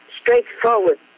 straightforward